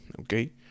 okay